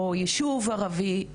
או יישוב ערבי, אפס.